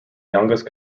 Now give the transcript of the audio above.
youngest